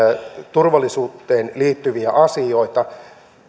turvallisuuteen liittyviä asioita